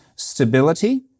stability